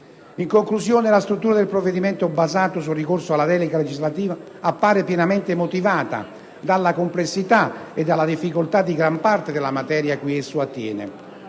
In conclusione, la struttura del provvedimento, basata sul ricorso alla delega legislativa, appare pienamente motivata dalla complessità e dalla difficoltà di gran parte della materia cui esso attiene.